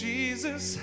Jesus